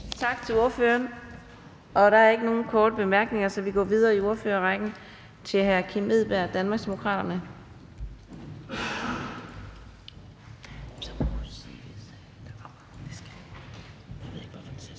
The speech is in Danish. Tak til ordføreren. Der er ikke nogen korte bemærkninger, så vi går videre i ordførerrækken. Nu er det fru Katrine